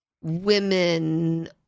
women